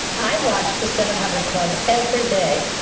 i watch the seven hundred club every day.